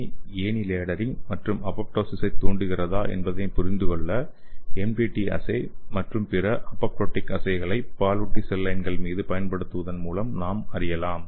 ஏ ஏணி லேடரிங்க் மற்றும் அப்போப்டொசிஸைத் தூண்டுகிறதா என்பதைப் புரிந்துகொள்ள எம்டிடி அஸ்ஸே மற்றும் பிற அப்போப்டொடிக் அஸ்ஸேக்களைப் பாலூட்டிகளின் செல் லைன்கள் மீது பயன்படுத்துவதன் மூலம் நாம் அறியலாம்